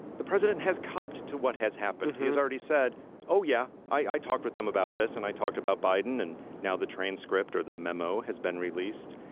the president has copped to what has happened. he has already said oh yeah i talked with them about this and i talked about biden and now the transcript or the memo has been released.